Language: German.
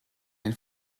den